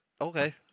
okay